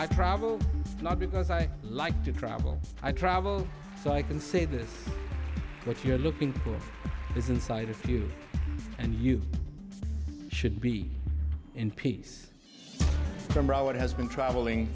i travel not because i like to travel i travel so i can say this what you're looking for is inside a few and you should be in peace from what has been travelling